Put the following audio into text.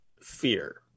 fear